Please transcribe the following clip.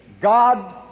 God